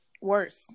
worse